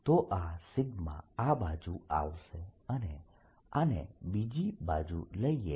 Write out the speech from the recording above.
તો આ આ બાજુ આવશે અને આને બીજી બાજુ લઈએ